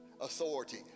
authority